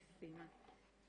מקסימה.